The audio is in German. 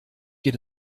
geht